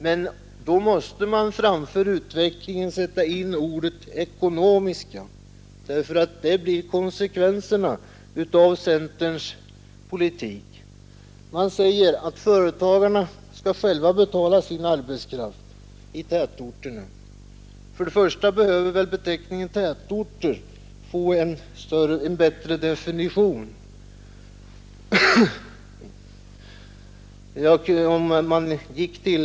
Men då måste man framför ”utvecklingen” sätta in ordet ”ekonomiska”; det blir konsekvensen av centerns politik. Man säger att företagen i tätorterna själva skall betala för sin arbetskraft. Vi behöver först och främst ha en bättre definition av begreppet ”tätorter”.